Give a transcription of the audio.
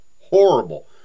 horrible